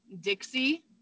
Dixie